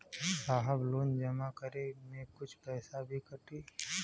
साहब लोन जमा करें में कुछ पैसा भी कटी?